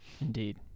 Indeed